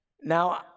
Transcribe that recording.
Now